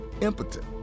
impotent